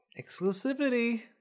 exclusivity